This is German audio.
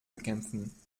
bekämpfen